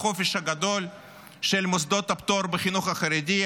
החופש הגדול של מוסדות הפטור בחינוך החרדי,